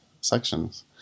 sections